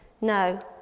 No